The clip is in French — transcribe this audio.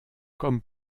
comme